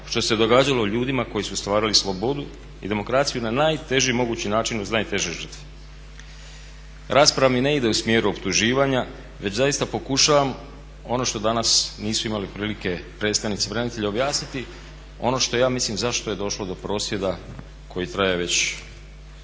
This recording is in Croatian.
što se događalo ljudima koji su stvarali slobodu i demokraciju na najteži mogući način uz najteže žrtve. Rasprava mi ne ide u smjeru optuživanja već zaista pokušavam ono što danas nisu imali prilike predstavnici branitelja objasniti, ono što ja mislim zašto je došlo do prosvjeda koji traje već